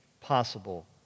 possible